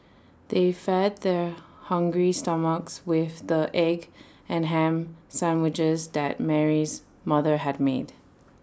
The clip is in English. they fed their hungry stomachs with the egg and Ham Sandwiches that Mary's mother had made